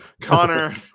Connor